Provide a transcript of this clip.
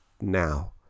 now